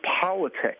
politics